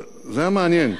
זה מעניין,